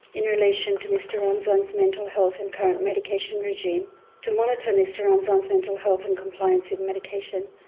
in relation to mr ramzan's mental health and current medication regime to monitor mr ramzan's mental health and compliance with medication.